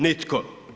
Nitko.